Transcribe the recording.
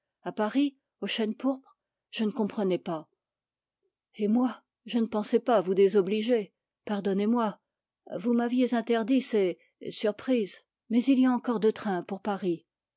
à paris au chêne pourpre je ne comprenais pas et moi je ne pensais pas vous désobliger pardonnez-moi vous m'aviez interdit ces surprises mais il y a encore deux trains pour paris